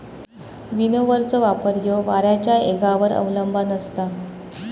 विनोव्हरचो वापर ह्यो वाऱ्याच्या येगावर अवलंबान असता